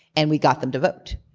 and we got them to vote.